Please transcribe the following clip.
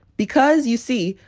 because, you see,